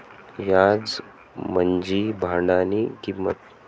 याज म्हंजी भाडानी किंमत